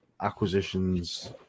acquisitions